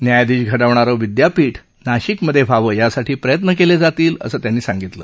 न्यायाधीश घडवणारं विद्यापीठ नाशिकमध्ये व्हावं यासाठी प्रयत्न केले जातील असं त्यांनी सांगितलं